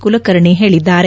ಕುಲಕರ್ಣಿ ಹೇಳಿದ್ದಾರೆ